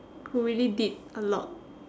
who really did a lot